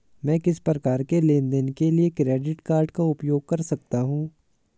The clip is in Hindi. मैं किस प्रकार के लेनदेन के लिए क्रेडिट कार्ड का उपयोग कर सकता हूं?